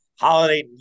Holiday